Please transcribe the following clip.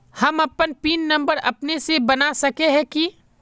हम अपन pin number अपने से बना सके है की?